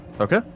Okay